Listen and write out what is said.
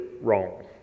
wrong